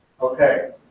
Okay